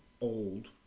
old